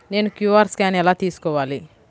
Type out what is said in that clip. నేను QR scan ఎలా తీసుకోవాలి?